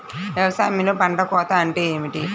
వ్యవసాయంలో పంట కోత అంటే ఏమిటి?